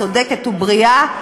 צודקת ובריאה,